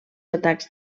atacs